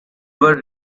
were